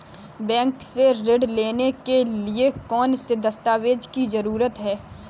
Bank से ऋण लेने के लिए कौन से दस्तावेज की जरूरत है?